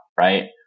right